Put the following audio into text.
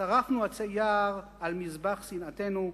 שרפנו ערי יער על מזבח שנאתנו.